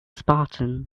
spartan